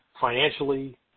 financially